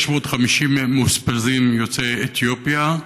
650 מאושפזים יוצאי אתיופיה,